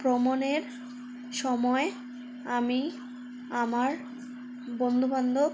ভ্রমণের সময় আমি আমার বন্ধুবান্ধব